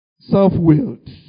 self-willed